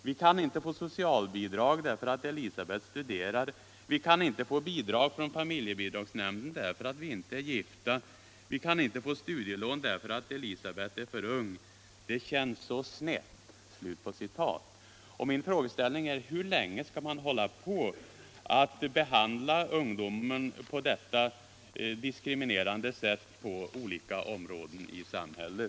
Vi kan inte få socialbidrag, därför att Elisabeth studerar, vi kan inte få bidrag från familjebidragsnämnden, därför att vi inte är gifta, vi kan inte få studielån därför att Elisabeth är för ung ...—- Det känns så snett.” Hur länge skall man hålla på att behandla ungdomar på detta diskriminerande sätt på olika områden i samhället?